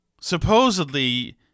supposedly